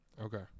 Okay